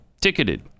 ticketed